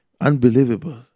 unbelievable